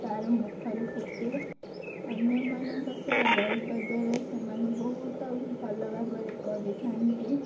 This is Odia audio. ତା'ର ମୁଖରେ ଫୁଟେ ଅନ୍ୟମାନଙ୍କ ସହ ରହିବା ଦ୍ୱାରା ସେମାନେ ବହୁତ ଭଲ ଭାବରେ କରିଥାନ୍ତି